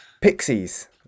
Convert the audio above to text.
Pixies